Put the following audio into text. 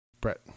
Brett